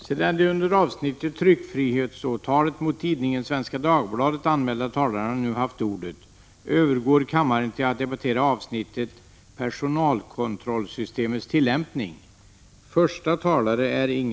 Sedan de under avsnittet Tryckfrihetsåtalet mot tidningen Svenska Dagbladet anmälda talarna nu haft ordet, övergår kammaren till att debattera avsnittet Personalkontrollsystemets tillämpning.